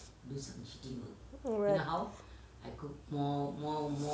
what